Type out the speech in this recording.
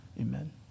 amen